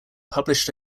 published